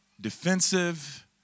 defensive